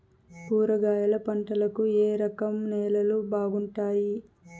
కూరగాయల పంటలకు ఏ రకం నేలలు బాగుంటాయి?